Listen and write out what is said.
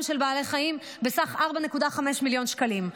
של בעלי חיים בסך 4.5 מיליון שקלים.